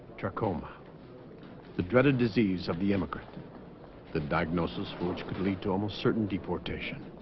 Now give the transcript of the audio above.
trachoma the dreaded disease of the immigrant the diagnosis which could lead to almost certain deportation